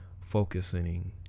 focusing